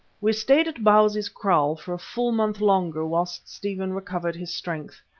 we stayed at bausi's kraal for a full month longer whilst stephen recovered his strength.